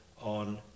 on